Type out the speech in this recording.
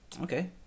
okay